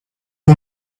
who